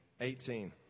eighteen